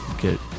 get